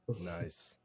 Nice